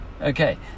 Okay